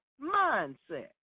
mindset